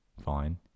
fine